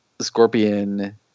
scorpion